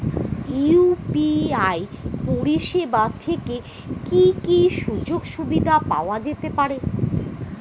UPI পরিষেবা থেকে কি কি সুযোগ সুবিধা পাওয়া যেতে পারে?